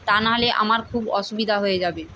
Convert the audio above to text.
তা নাহলে আমার খুব অসুবিধা হয়ে যাবে